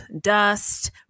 dust